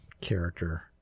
character